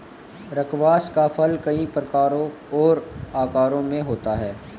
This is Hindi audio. स्क्वाश का फल कई प्रकारों और आकारों में होता है